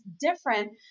different